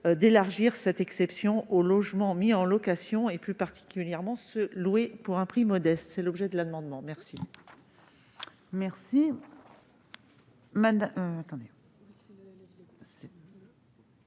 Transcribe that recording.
d'élargir cette exception aux logements mis en location, plus particulièrement ceux qui sont loués pour un prix modeste. Tel est l'objet de cet amendement. Quel